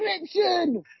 description